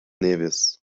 nevis